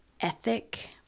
ethic